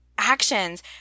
actions